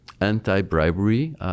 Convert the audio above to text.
anti-bribery